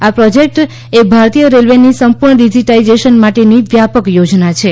આ પ્રોજેક્ટ એ ભારતીય રેલ્વેની સંપૂર્ણ ડિજિટાઇઝેશન માટેની વ્યાપક યોજના છે